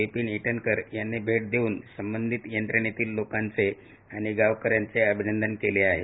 विपिन ईटनकर यांनी भेट देऊन संबंधित यंत्रणेतील लोकांचे आणि गावकऱ्यांचे अभिनंदन केले आहे